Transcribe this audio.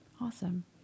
Awesome